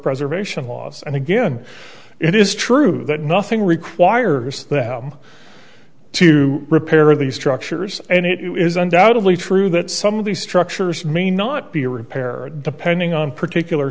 preservation laws and again it is true that nothing requires them to repair these structures and it is undoubtedly true that some of these structures may not be a repair depending on particular